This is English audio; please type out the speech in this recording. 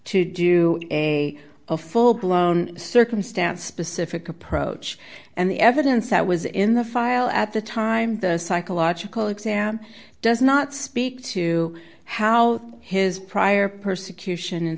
to do a full blown circumstance specific approach and the evidence that was in the file at the time the psychological exam does not speak to how his prior persecution